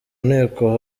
nteko